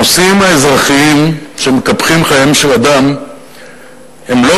הנושאים האזרחיים שמקפחים חייהם של אנשים הם לא